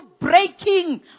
breaking